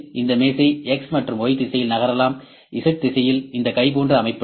இந்த மேசை X மற்றும் Y திசையில் நகரலாம் Z திசையில் இந்த கை போன்ற அமைப்பு நகரும்